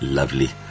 lovely